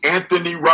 Anthony